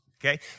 okay